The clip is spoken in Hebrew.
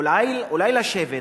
אולי לשבת,